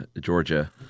Georgia